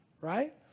right